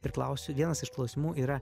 ir klausiu vienas iš klausimų yra